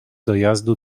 dojazdu